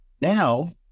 Now